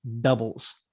doubles